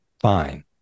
fine